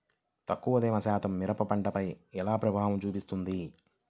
తక్కువ తేమ శాతం మిరప పంటపై ఎలా ప్రభావం చూపిస్తుంది?